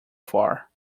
far